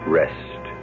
rest